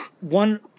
one